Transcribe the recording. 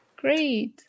Great